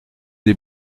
des